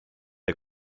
der